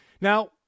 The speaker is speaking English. now